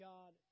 God